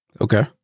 Okay